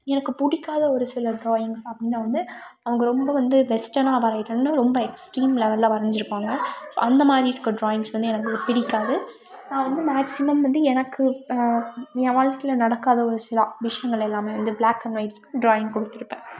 எனக்கு பிடிக்காத ஒரு சில டிராயிங்ஸ் அப்படின்னா வந்து அவங்க ரொம்ப வந்து வெஸ்டன்னாக வரையிறன்னு ரொம்ப எக்ஸ்ட்ரீம் லெவலில் வரஞ்சிருப்பாங்க அந்த மாதிரி இருக்க டிராயிங்ஸ் வந்து எனக்கு பிடிக்காது நான் வந்து மேக்ஸிமம் வந்து எனக்கு என் வாழ்க்கையில் நடக்காத ஒரு சில விஷியங்கள் எல்லாமே வந்து பிளாக் அண்ட் வொயிட் டிராயிக் கொடுத்துருப்பேன்